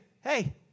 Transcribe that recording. hey